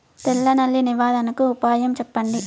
తెల్ల నల్లి నివారణకు ఉపాయం చెప్పండి?